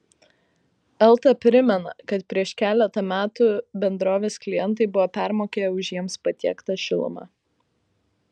elta primena kad prieš keletą metų bendrovės klientai buvo permokėję už jiems patiektą šilumą